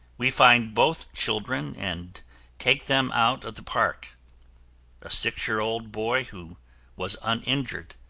we find both children and take them out of the park a six-year old boy who was uninjured,